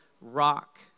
rock